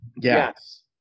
Yes